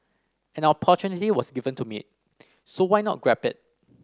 an opportunity was given to me so why not grab it